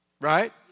Right